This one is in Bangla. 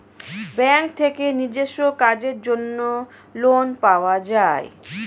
ব্যাঙ্ক থেকে নিজস্ব কাজের জন্য লোন পাওয়া যায়